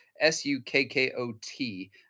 s-u-k-k-o-t